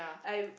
I